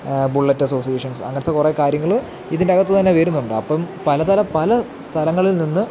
bullet associations അങ്ങനത്തെ കുറേ കാര്യങ്ങൾ ഇതിൻറ്റകത്ത് തന്നെ വരുന്നുണ്ട് അപ്പം പലതരം പല സ്ഥലങ്ങളിൽ നിന്ന്